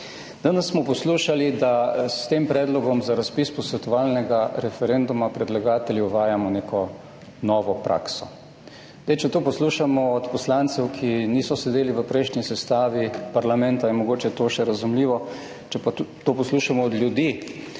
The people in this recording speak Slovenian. Danes smo poslušali, da s tem predlogom za razpis posvetovalnega referenduma predlagatelji uvajamo neko novo prakso. Zdaj, če to poslušamo od poslancev, ki niso sedeli v prejšnji sestavi parlamenta je mogoče to še razumljivo, če pa tudi to poslušamo od ljudi,